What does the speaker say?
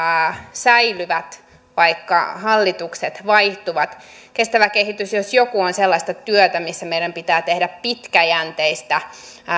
säilyvät vaikka hallitukset vaihtuvat kestävä kehitys jos jokin on sellaista työtä missä meidän pitää tehdä pitkäjänteistä